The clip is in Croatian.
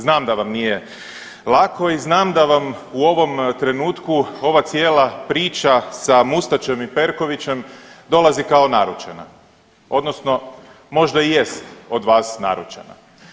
Znam da vam nije lako i znam da vam u ovom trenutku ova cijela priča sa Mustačem i Perkovićem dolazi kao naručena odnosno možda i jest od vas naručena.